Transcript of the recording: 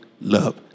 love